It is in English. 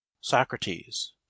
Socrates